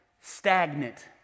stagnant